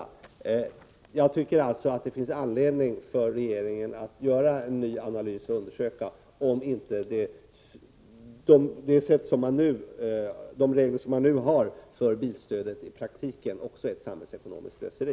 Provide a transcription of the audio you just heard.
Om personalplane Jag tycker alltså att det finns anledning för regeringen att göra en ny analys ringen inom polisoch undersöka om inte de nuvarande reglerna för bilstödet i praktiken är ett väsendet samhällsekonomiskt slöseri.